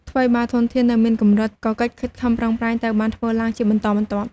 ថ្វីបើធនធាននៅមានកម្រិត ក៏កិច្ចខិតខំប្រឹងប្រែងត្រូវបានធ្វើឡើងជាបន្តបន្ទាប់។